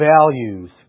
Values